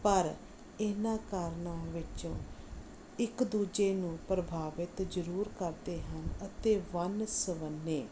ਪਰ ਇਹਨਾਂ ਕਾਰਨਾਂ ਵਿੱਚੋਂ ਇੱਕ ਦੂਜੇ ਨੂੰ ਪ੍ਰਭਾਵਿਤ ਜ਼ਰੂਰ ਕਰਦੇ ਹਨ ਅਤੇ ਵਨ ਸਵੰਨੇ